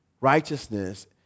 Righteousness